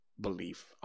belief